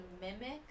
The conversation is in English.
mimic